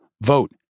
vote